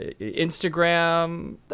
Instagram